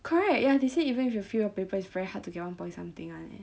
correct ya they say even if you fail your paper it's very hard to get one point something [one] leh